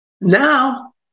Now